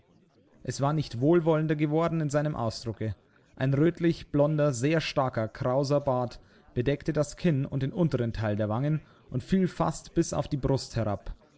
es war nicht wohlwollender geworden in seinem ausdrucke ein rötlich blonder sehr starker krauser bart bedeckte das kinn und den unteren teil der wangen und fiel fast bis auf die brust herab